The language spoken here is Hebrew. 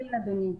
כן, אדוני.